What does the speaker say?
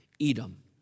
Edom